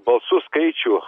balsų skaičių